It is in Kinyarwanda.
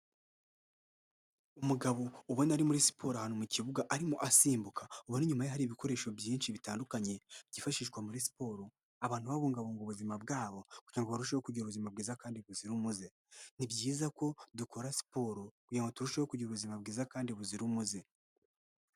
Umugabo ubona ari muri siporo ahantu mu kibuga arimo asimbuka, ubona inyuma ye hari ibikoresho byinshi bitandukanye byifashishwa muri siporo abantu babungabunga ubuzima bwabo kugira ngo barusheho kugira ubuzima bwiza kandi buzira umuze. Ni byiza ko dukora siporo kugira ngo turusheho kugira ubuzima bwiza kandi buzira umuze.